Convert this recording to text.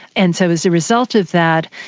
and so as a result of that,